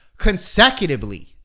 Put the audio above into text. consecutively